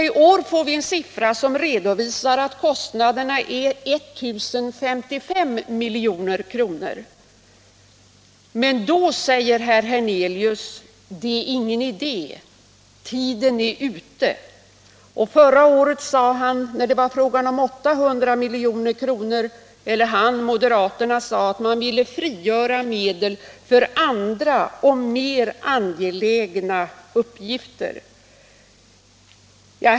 I år får man en siffra som visar att kostnaderna är I 055 milj.kr. Men då säger herr Hernelius: Det är ingen idé, tiden är ute. Förra året sade moderaterna när det var fråga om 800 milj.kr., att man ville frigöra medel för andra och mer angelägna uppgifter.